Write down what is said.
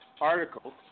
article